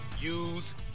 use